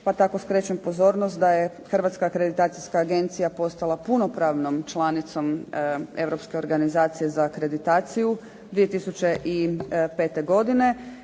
pa tako skrećem pozornost da je Hrvatska akreditacijska agencija postala punopravnom članicom Europske organizacije za akreditaciju 2005. godine.